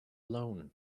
loan